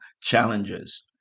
challenges